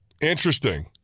Interesting